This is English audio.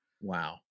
Wow